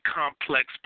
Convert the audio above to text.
complex